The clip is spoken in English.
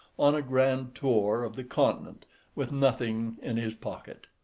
on a grand tour of the continent with nothing in his pocket.